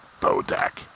Bodak